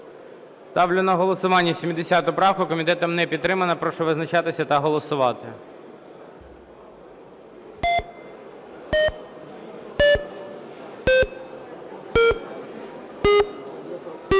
Ставлю на голосування 93 правку. Комітетом не підтримана. Прошу визначатися та голосувати.